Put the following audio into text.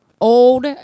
Old